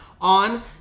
On